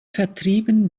vertrieben